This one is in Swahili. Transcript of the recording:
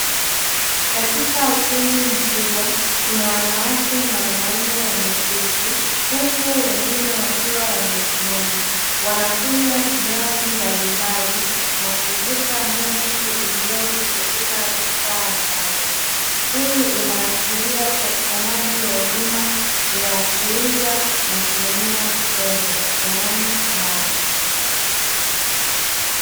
Katika ukumbi mkubwa kuna wanawake na wanaume wameketi huku wengine wakiwa wamesimama wanakunywa vinywaji mbalimbali na kuvuta moshi uliopo katika vifaa maalumu, hii inaashiria upatikaji wa huduma ya kuuza na kununua pombe yaani baa.